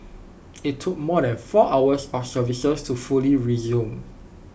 IT took more than four hours or services to fully resume